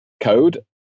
code